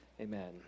amen